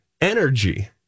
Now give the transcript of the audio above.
energy